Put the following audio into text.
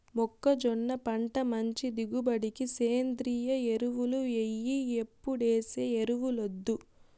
మొక్కజొన్న పంట మంచి దిగుబడికి సేంద్రియ ఎరువులు ఎయ్యి ఎప్పుడేసే ఎరువులొద్దు